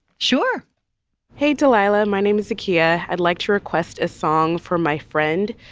sure hey, delilah, my name is a kiya. i'd like to request a song for my friend.